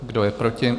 Kdo je proti?